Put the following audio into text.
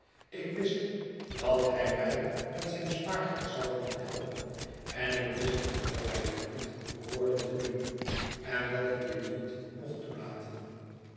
ik wist dat hij mij met zijn spaargeld zou willen helpen en ik wist dat hij dit niet behoorde te doen en dat ik dit niet mocht toelaten